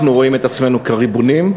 שאנחנו רואים עצמנו ריבונים,